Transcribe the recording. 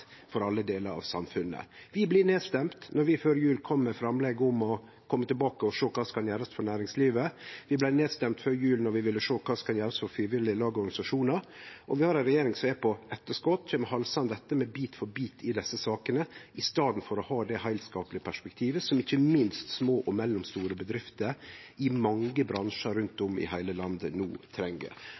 for alle delar av samfunnet. Vi blei nedstemde då vi før jul kom med framlegget om å kome tilbake og sjå kva som kan gjerast for næringslivet. Vi blei nedstemde før jul då vi ville sjå på kva som kunne gjerast for frivillige lag og organisasjonar. Vi har ei regjering som er på etterskot og kjem halsande etter med bit for bit i desse sakene i staden for å ha det heilskaplege perspektivet som ikkje minst små og mellomstore bedrifter i mange bransjar rundt om i heile landet no treng.